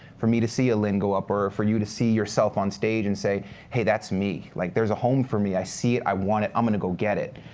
for me to see a lin go up, or for you to see yourself on stage, and say hey, that's me. like there's a home for me, i see it, i want it, i'm going to go get it,